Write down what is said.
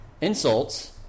insults